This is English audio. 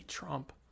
Trump